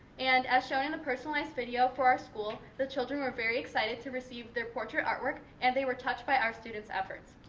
and, as shown in the personalized video for our school, the children were very excited to receive their portrait artwork, and they were touched by our students' efforts.